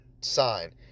sign